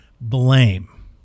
blame